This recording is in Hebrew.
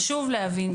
חשוב להבין,